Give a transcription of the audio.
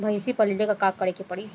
भइसी पालेला का करे के पारी?